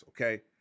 okay